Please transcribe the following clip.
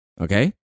Okay